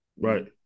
right